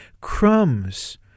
crumbs